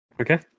Okay